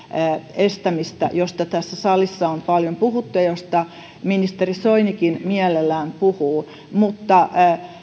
estämistä josta tässä salissa on paljon puhuttu ja josta ministeri soinikin mielellään puhuu mutta